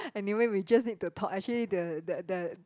anyway we just need to talk actually the the the